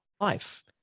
life